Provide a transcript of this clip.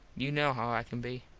you kno how i can be.